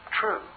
true